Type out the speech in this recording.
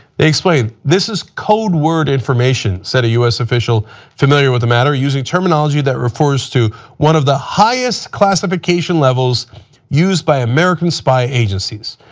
explain, this is code word information, said us official familiar with the matter, using terminology that refers to one of the highest classification levels used by american spy agencies.